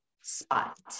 spot